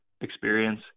experience